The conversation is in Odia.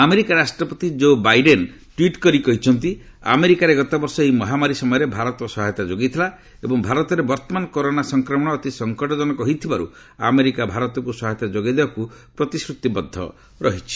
ଆମେରିକା ରାଷ୍ଟ୍ରପତି ଜୋ ବାଇଟେନ୍ ଟ୍ୱିଟ୍ କରି କହିଛନ୍ତି ଆମେରିକାରେ ଗତବର୍ଷ ଏହି ମହାମାରୀ ସମୟରେ ଭାରତ ସହାୟତା ଯୋଗାଇଥିଲା ଏବଂ ଭାରତରେ ବର୍ତ୍ତମାନ କରୋନା ସଂକ୍ରମଣ ଅତି ସଙ୍କଟଜନକ ହୋଇଥିବାରୁ ଆମେରିକା ଭାରତକୁ ସହାୟତା ଯୋଗାଇ ଦେବାକୁ ପ୍ରତିଶ୍ରତିବଦ୍ଧ ହୋଇଛି